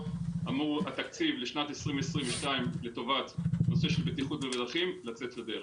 אמור התקציב לשנת 2022 לטובת הנושא של בטיחות בדרכים לצאת לדרך.